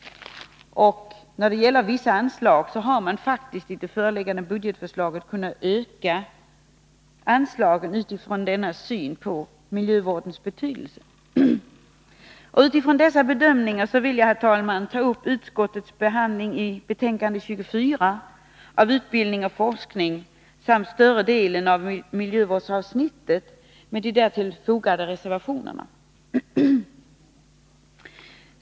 Och man har faktiskt i det föreliggande budgetförslaget kunnat öka vissa anslag utifrån denna syn på miljövårdens betydelse. Utifrån dessa bedömningar vill jag, herr talman, beröra utskottets behandling i betänkandet nr 24 av den del som gäller utbildning och forskning, större delen av miljöavsnittet samt de därtill fogade reservationerna.